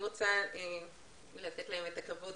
אני מתכבדת לפתוח את הישיבה,